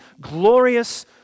glorious